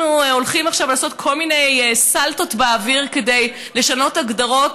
הולכים לעשות עכשיו כל מיני סלטות באוויר כדי לשנות הגדרות,